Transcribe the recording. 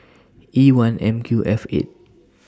E one M Q F eight